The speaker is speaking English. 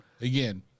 again